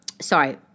sorry